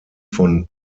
von